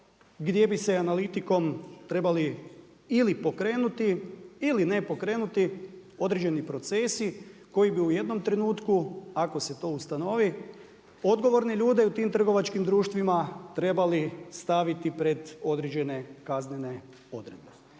gdje bi se analitikom trebali pokrenuti ili nepokrenuti određeni procesi, koji bi u jednom trenutku, ako se to ustanovi, odgovorni ljudi u tim trgovačkim društvima trebali staviti pred određene kaznene odredbe.